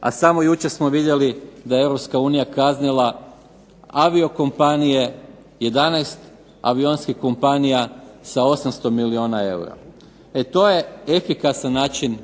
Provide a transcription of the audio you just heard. a samo jučer smo vidjeli da je Europska unija kaznila aviokompanije, 11 avionskih kompanija sa 800 milijuna eura. E to je efikasan način